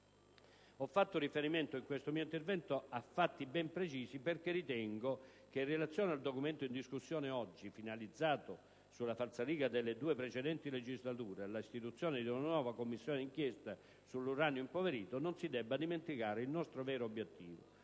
Ho fatto riferimento, in questo mio intervento, a fatti ben precisi perché ritengo che in relazione al documento in discussione oggi, finalizzato, sulla falsariga delle due precedenti legislature, alla istituzione di una nuova Commissione d'inchiesta sull'uranio impoverito, non si debba dimenticare il nostro vero obiettivo: